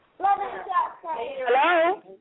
Hello